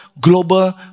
global